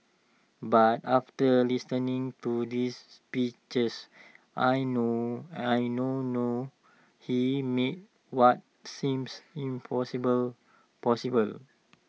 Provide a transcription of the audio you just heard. but after listening to this speeches I know I now know he made what seems impossible possible